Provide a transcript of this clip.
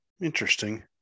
Interesting